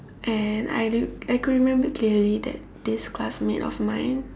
and I I could remember clearly that this classmate of mine